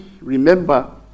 remember